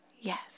Yes